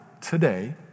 today